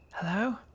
Hello